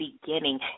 beginning